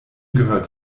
gehört